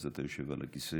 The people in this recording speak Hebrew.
אז אתה יושב על הכיסא.